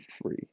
free